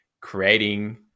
creating